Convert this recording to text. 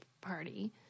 party